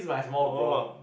oh